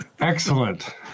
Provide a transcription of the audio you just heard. Excellent